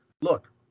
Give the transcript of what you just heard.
look